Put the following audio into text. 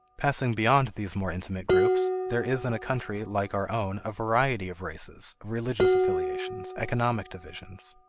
passing beyond these more intimate groups, there is in a country like our own a variety of races, religious affiliations, economic divisions.